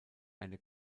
eine